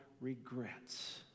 regrets